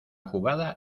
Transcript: jugada